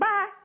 Bye